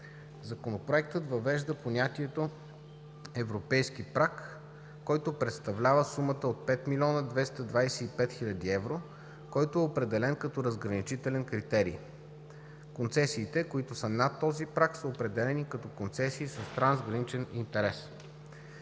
Законопроектът въвежда понятието „европейски праг“, който представлява сумата от 5 225 000 евро, определен като разграничителен критерий. Концесиите, които са над този праг, са определени като концесии с трансграничен интерес.